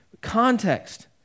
Context